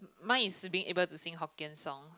mine is being able to sing Hokkien songs